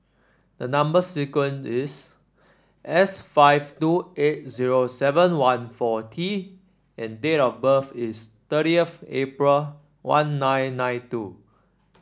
the number sequence is S five two eight zero seven one four T and date of birth is thirtieth April one nine nine two